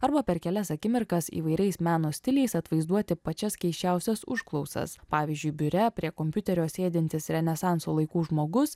arba per kelias akimirkas įvairiais meno stiliais atvaizduoti pačias keisčiausias užklausas pavyzdžiui biure prie kompiuterio sėdintis renesanso laikų žmogus